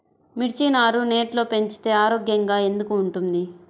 మిర్చి నారు నెట్లో పెంచితే ఆరోగ్యంగా ఎందుకు ఉంటుంది?